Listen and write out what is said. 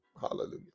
Hallelujah